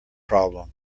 problem